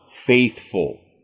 faithful